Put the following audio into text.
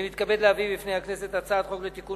אני מתכבד להביא בפני הכנסת הצעת חוק לתיקון